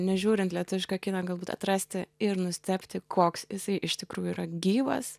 nežiūrint lietuvišką kiną galbūt atrasti ir nustebti koks jisai iš tikrųjų yra gyvas